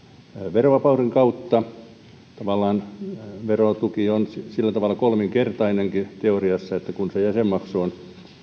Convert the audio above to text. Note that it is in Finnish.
verovapauden kautta tavallaan verotuki on sillä tavalla kolminkertainenkin teoriassa että se jäsenmaksu on